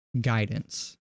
guidance